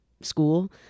school